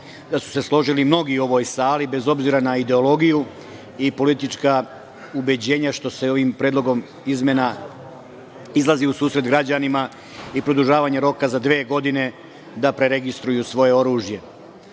da su se složili mnogi u ovoj sali, bez obzira na ideologiju i politička ubeđenja, što se ovim predlogom izmena izlazi u susret građanima i produžavanje roka za dve godine da preregistruju svoje oružje. Problem